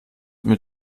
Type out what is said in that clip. mit